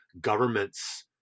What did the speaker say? government's